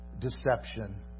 Deception